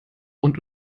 und